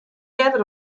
earder